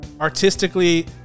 artistically